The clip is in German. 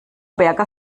berger